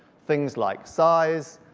things like size,